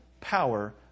power